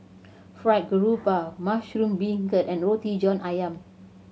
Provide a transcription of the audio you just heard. Fried Garoupa mushroom beancurd and Roti John Ayam